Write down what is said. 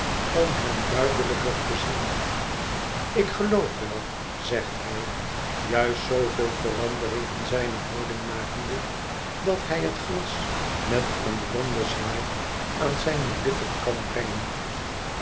om hem duidelijker te zien ik geloof wel zegt hij juist zooveel verandering in zijne houding makende dat hij het glas met een ronden zwaai aan zijne lippen kan brengen